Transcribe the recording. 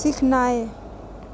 सीखनाय